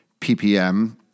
ppm